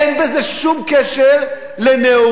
אין לזה שום קשר לנאורות